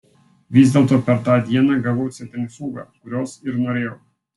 vis dėlto per tą dieną gavau centrifugą kurios ir norėjau